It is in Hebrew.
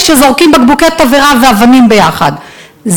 בקבוק תבערה יקבל שלושה,